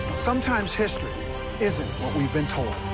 sometimes history isn't what we've been told.